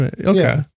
Okay